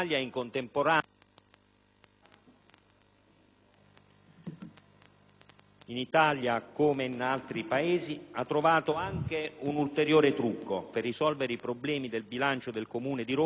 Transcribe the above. in Italia, come in altri Paesi, ha individuato un ulteriore trucco per risolvere i problemi di bilancio del Comune di Roma, in modo da far valere una deroga